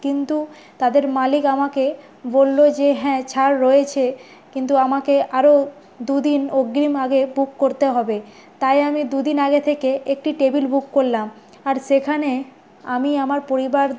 কিন্তু তাদের মালিক আমাকে বললো যে হ্যাঁ ছাড় রয়েছে কিন্তু আমাকে আরও দুদিন অগ্রিম আগে বুক করতে হবে তাই আমি দুদিন আগে থেকে একটি টেবিল বুক করলাম আর সেখানে আমি আমার পরিবার